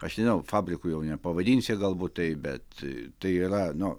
aš nežinau fabriku jau nepavadinsi galbūt tai bet tai yra nu